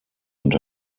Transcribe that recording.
und